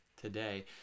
today